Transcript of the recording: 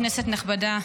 כנסת נכבדה,